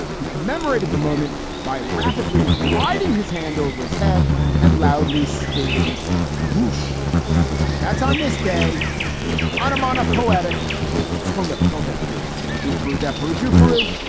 he commemorated the moment by rapidly gliding his hand over his head and loudly stating rousch that's on this day in on'em on a poetic political history in peru, desperate to peru.